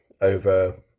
over